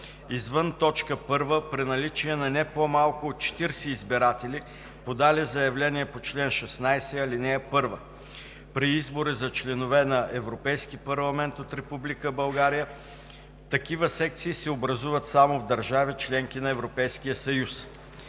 извън т. 1 – при наличие на не по-малко от 40 избиратели, подали заявление по чл. 16, ал. 1; при избори за членове на Европейския парламент от Република България такива секции се образуват само в държави – членки на Европейския съюз;